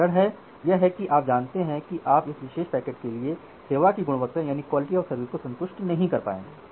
कारण यह है कि आप जानते हैं कि आप इस विशेष पैकेट के लिए सेवा की गुणवत्ता को संतुष्ट नहीं कर पाएंगे